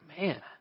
man